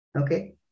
Okay